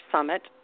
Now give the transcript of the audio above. Summit